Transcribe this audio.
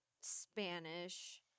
Spanish